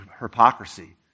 hypocrisy